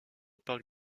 parc